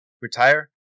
retire